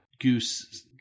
goose